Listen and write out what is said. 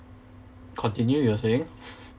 continue you were saying